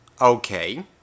Okay